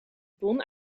bon